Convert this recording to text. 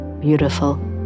Beautiful